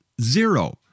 Zero